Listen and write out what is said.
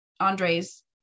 andre's